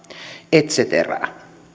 et cetera